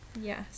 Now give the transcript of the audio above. Yes